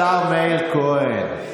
השר מאיר כהן.